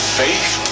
faith